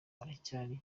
haracyari